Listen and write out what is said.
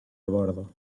bordo